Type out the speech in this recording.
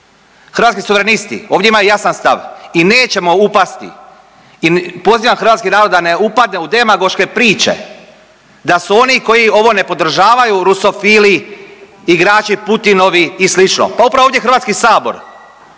Hrvatski suverenisti ovdje imaju jasan stav i nećemo upasti, pozivam hrvatski narod da ne upadne u demagoške priče da su oni koji ovo ne podržavaju rusofili, igrači Putinovi i slično, pa upravo ovdje HS gotovo